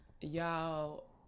Y'all